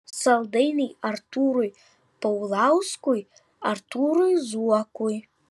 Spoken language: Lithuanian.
saldainiai artūrui paulauskui artūrui zuokui